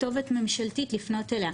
כתובת ממשלתית לפנות אליה.